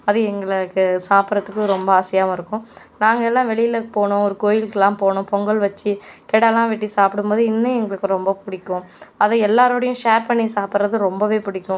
அது எங்களுக்கு சாப்டுறதுக்கு ரொம்ப ஆசையாகவும் இருக்கும் நாங்கள் எல்லாம் வெளியில் போனோம் ஒரு கோயிலுக்குலாம் போனோம் ஒரு பொங்கல் வச்சு கெடாலாம் வெட்டி சாப்பிடும்போது இன்னும் எங்களுக்கு ரொம்ப பிடிக்கும் அதுவும் எல்லாரோடையும் ஷேர் பண்ணி சாப்பிடறது ரொம்பவே பிடிக்கும்